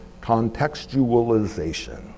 Contextualization